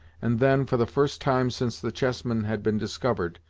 and then, for the first time since the chessmen had been discovered,